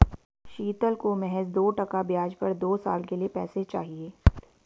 शीतल को महज दो टका ब्याज पर दो साल के लिए पैसे चाहिए